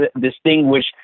distinguish